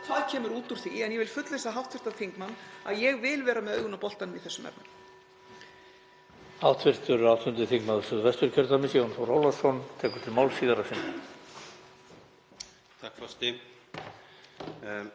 hvað kemur út úr því. En ég vil fullvissa hv. þingmann um að ég vil vera með augun á boltanum í þeim efnum.